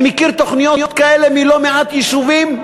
אני מכיר תוכניות כאלה בלא-מעט יישובים,